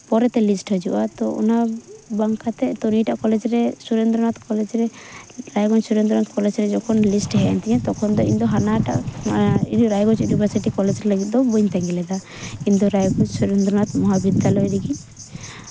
ᱯᱚᱨᱮᱛᱮ ᱞᱤᱥᱴ ᱦᱡᱩᱜᱼᱟ ᱛᱳ ᱚᱱᱟ ᱵᱟᱝ ᱠᱟᱛᱮᱜ ᱱᱤᱭᱟᱹᱴᱟᱜ ᱠᱚᱞᱮᱡᱽ ᱨᱮ ᱥᱩᱨᱮᱱᱫᱨᱚᱱᱟᱛᱷ ᱠᱚᱞᱮᱡᱽ ᱨᱮ ᱨᱟᱭᱜᱚᱸᱡᱽ ᱥᱩᱨᱮᱱᱫᱨᱚᱱᱟᱛᱷ ᱠᱚᱞᱮᱡᱽ ᱨᱮ ᱡᱚᱠᱷᱚᱱ ᱞᱤᱥᱴ ᱦᱮᱡ ᱮᱱ ᱛᱤᱧᱟ ᱛᱚᱠᱷᱚᱱ ᱫᱚ ᱤᱧᱫᱚ ᱦᱟᱱᱟᱴᱟᱜ ᱨᱟᱭᱜᱚᱸᱡᱽ ᱤᱭᱩᱱᱤᱵᱷᱟᱨᱥᱤᱴᱤ ᱠᱚᱞᱮᱡᱽ ᱞᱟᱹᱜᱤᱫ ᱫᱚ ᱵᱟᱹᱧ ᱛᱟᱹᱜᱤ ᱞᱮᱫᱟ ᱤᱧᱫᱚ ᱨᱟᱭᱜᱚᱸᱡᱽ ᱥᱩᱨᱮᱱᱫᱨᱚᱱᱟᱛᱷ ᱢᱚᱦᱟᱵᱤᱫᱽᱫᱟᱞᱚᱭ ᱨᱮᱜᱮ